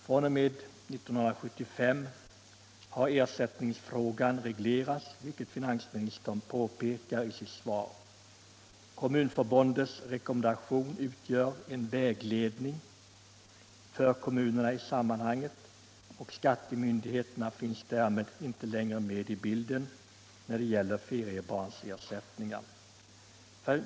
fr.o.m. 1975 har ersättningsfrågan reglerats, vilket finansministern påpekar i sitt svar. Kommunförbundets rekommendation utgör en vägledning för kommunerna i sammanhanget, och skattemyndigheterna finns därmed inte längre med i bilden när det gäller feriebarnsersättningar.